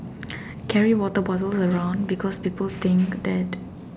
carry water bottles around because people think that